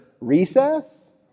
recess